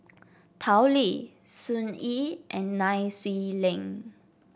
Tao Li Sun Yee and Nai Swee Leng